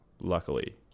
Luckily